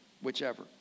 whichever